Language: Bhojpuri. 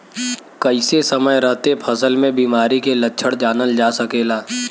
कइसे समय रहते फसल में बिमारी के लक्षण जानल जा सकेला?